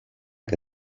que